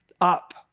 up